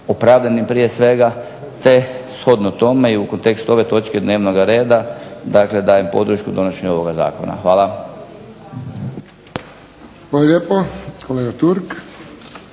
opravdanim prije svega te shodno tome i u kontekstu ove točke dnevnog reda dajem podršku donošenju ovog zakona. Hvala. **Friščić, Josip